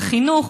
חינוך,